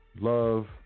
love